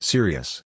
Serious